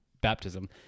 baptism